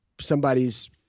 Somebody's